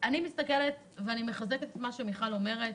מחזקת את מה שמיכל אומרת.